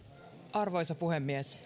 arvoisa puhemies